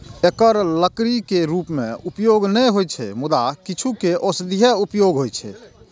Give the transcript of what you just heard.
एकर लकड़ी के रूप मे उपयोग नै होइ छै, मुदा किछु के औषधीय उपयोग होइ छै